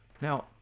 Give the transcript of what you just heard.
now